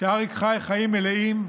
שאריק חי חיים מלאים,